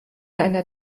einer